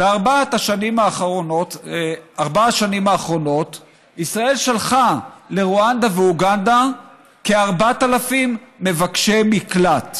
בארבע השנים האחרונות ישראל שלחה לרואנדה ולאוגנדה כ-4,000 מבקשי מקלט.